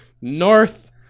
North